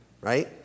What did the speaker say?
right